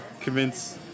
convince